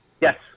Yes